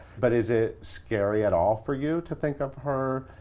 but is it scary at all for you to think of her,